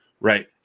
Right